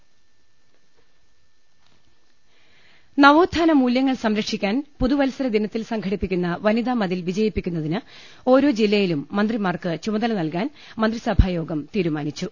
ള ൽ ൾ നവോത്ഥാന മൂല്യങ്ങൾ സംരക്ഷിക്കാൻ പുതവത്സര ദിനത്തിൽ സംഘടിപ്പിക്കുന്ന വനിതാ മതിൽ വിജയിപ്പിക്കുന്നതിന് ഓരോ ജില്ല യിലും മന്ത്രിമാർക്ക് ചുമതല നൽകാൻ മന്ത്രിസഭാ യോഗം തീരുമാ നിച്ചു